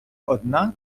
одна